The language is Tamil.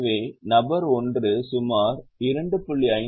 எனவே நபர் 1 சுமார் 2